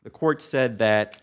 the court said that